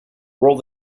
roll